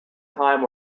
time